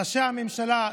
ראשי הממשלה,